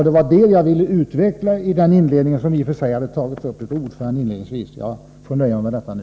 Det var detta jag hade velat utveckla nyss men som i och för sig hade tagits upp av utskottsordföranden. Jag får därför nöja mig med detta nu.